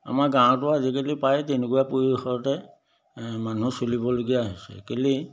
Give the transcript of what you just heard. আমাৰ গাঁৱতো আজিকালি প্ৰায় তেনেকুৱা পৰিৱেশতে এ মানুহ চলিবলগীয়া হৈছে কেলৈ